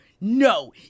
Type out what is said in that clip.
no